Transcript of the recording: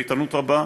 באיתנות רבה.